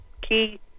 key